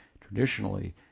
traditionally